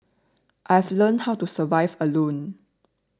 I've learnt how to survive alone